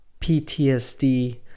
PTSD